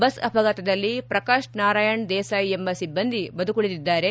bus ಅಪಘಾತದಲ್ಲಿ ಪ್ರಕಾಶ್ ನಾರಾಯಣ್ ದೇಸಾಯಿ ಎಂಬ ಸಿಬ್ಲಂದಿ ಬದುಕುಳಿದಿದ್ದಾರೆ